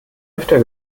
öfter